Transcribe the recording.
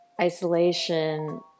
isolation